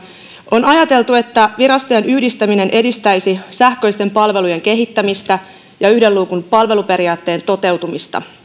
on ajateltu että virastojen yhdistäminen edistäisi sähköisten palvelujen kehittämistä ja yhden luukun palveluperiaatteen toteutumista